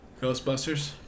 Ghostbusters